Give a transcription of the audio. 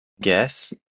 guess